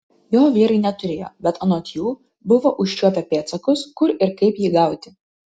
jo vyrai neturėjo bet anot jų buvo užčiuopę pėdsakus kur ir kaip jį gauti